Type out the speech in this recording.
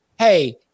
hey